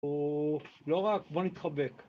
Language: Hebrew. או לא רק בוא נתחבק